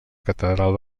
catedral